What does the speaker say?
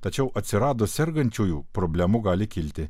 tačiau atsiradus sergančiųjų problemų gali kilti